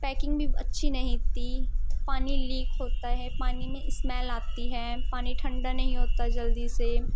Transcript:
packing بھی اچھی نہیں تھی پانی لیک ہوتا ہے پانی میں اسمیل آتی ہے پانی ٹھنڈا نہیں ہوتا جلدی سے